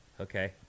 okay